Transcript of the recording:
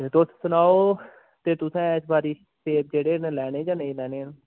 ते तुस सनाओ ते तुसें इस बारी के सेब केह्ड़े लैने जां नेईं लैने हैन